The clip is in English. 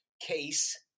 case